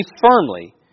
firmly